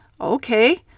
okay